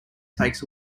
takes